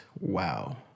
Wow